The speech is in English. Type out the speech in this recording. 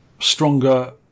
stronger